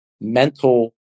mental